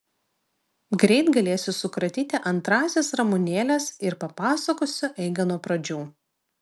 greit galėsiu sukratyti antrąsias ramunėles ir papasakosiu eigą nuo pradžių